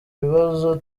bibazo